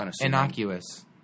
Innocuous